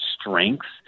strengths